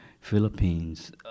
Philippines